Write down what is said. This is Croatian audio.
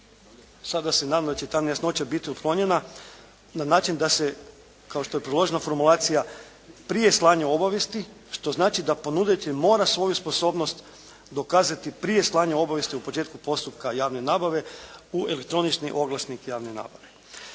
Sada se nadam da će ta nejasnoća biti otklonjena na način da se kao što je predložena formulacija prije slanja obavijesti, što znači da ponuditelj mora svoju sposobnost dokazati prije slanja obavijesti o početku postupka javne nabave u elektronički oglasnik javne nabave.